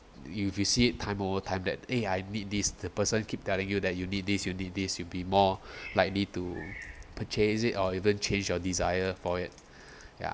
you visit time over time that eh I need this the person keep telling you that you need this you need this you'll be more likely to purchase it or even change your desire for it ya